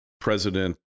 President